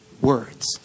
words